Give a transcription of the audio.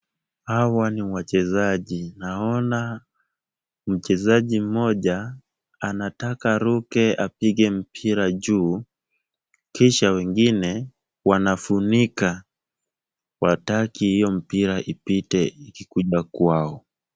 Hawa ni wachezaji, naona mchezaji mmoja anataka aruke apige mpira juu, kisha wengine wanafunika wataki hiyo mpira ipite ikikuja kwao.